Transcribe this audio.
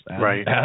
Right